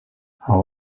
how